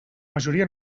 majoria